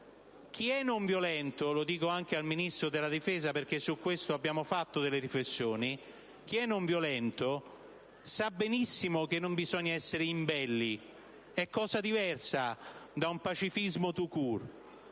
chi è non violento - lo dico anche al Ministro della difesa, perché su questo abbiamo fatto delle riflessioni - sa benissimo che non bisogna essere imbelli. La non violenza è diversa dal pacifismo *tout